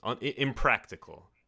Impractical